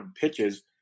pitches